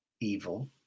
evil